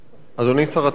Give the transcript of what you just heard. אדוני שר התמ"ת,